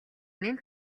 нэн